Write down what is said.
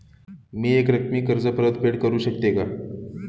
मी एकरकमी कर्ज परतफेड करू शकते का?